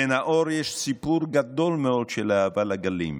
לנאור יש סיפור גדול מאוד של אהבה לגלים,